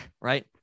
right